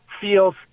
feels